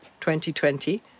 2020